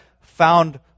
found